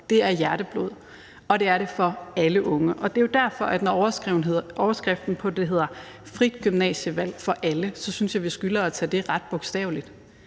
hjerteblod, og det er det i forhold til alle unge, og det er jo derfor, at jeg, når overskriften på det hedder frit gymnasievalg for alle, så synes, at vi skylder at tage det ret bogstaveligt.